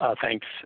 Thanks